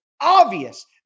obvious